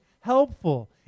helpful